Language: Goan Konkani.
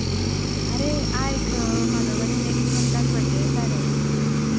हां आरे आयक म्हाजो मरे नॅक्स मंतान बड्डे आसा रे